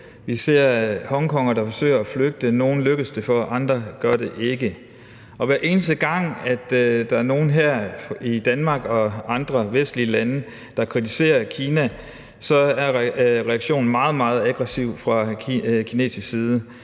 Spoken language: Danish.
Vi ser hongkongere, der forsøger at flygte. Nogle lykkes det for, for andre gør det ikke. Og hver eneste gang der er nogen her i Danmark eller andre vestlige lande, der kritiserer Kina, så er reaktionen meget, meget aggressiv fra kinesisk side.